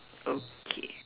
okay